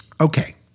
Okay